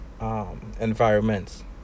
environments